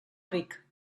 ric